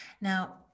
Now